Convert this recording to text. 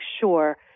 sure